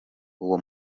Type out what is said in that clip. uwo